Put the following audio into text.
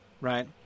Right